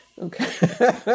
Okay